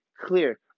clear